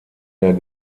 der